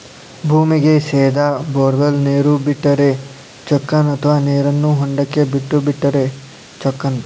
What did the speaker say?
ಭೂಮಿಗೆ ಸೇದಾ ಬೊರ್ವೆಲ್ ನೇರು ಬಿಟ್ಟರೆ ಚೊಕ್ಕನ ಅಥವಾ ನೇರನ್ನು ಹೊಂಡಕ್ಕೆ ಬಿಟ್ಟು ಬಿಟ್ಟರೆ ಚೊಕ್ಕನ?